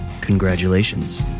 Congratulations